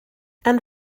and